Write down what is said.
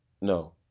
no